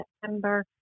September